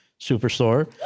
Superstore